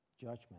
Judgment